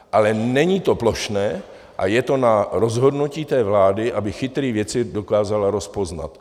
Ale není to plošné a je to na rozhodnutí té vlády, aby chytré věci dokázala rozpoznat.